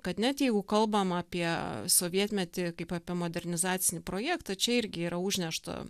kad net jeigu kalbam apie sovietmetį kaip apie modernizacinį projektą čia irgi yra užnešta